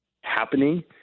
happening